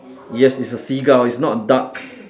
yes it's a seagull it's not a duck